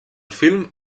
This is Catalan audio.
film